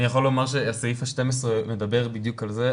אני יכול לומר שהסעיף ה-12 מדבר בדיוק על זה.